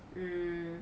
mm